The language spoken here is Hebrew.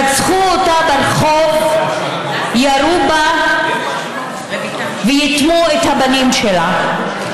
רצחו אותה ברחוב, ירו בה וייתמו את הבנים שלה.